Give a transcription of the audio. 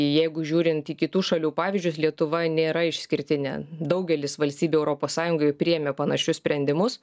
jeigu žiūrint į kitų šalių pavyzdžius lietuva nėra išskirtinė daugelis valstybių europos sąjungoje priėmė panašius sprendimus